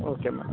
okay madam